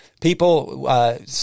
people